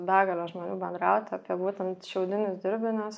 begale žmonių bendrauti apie būtent šiaudinius dirbinius